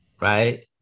Right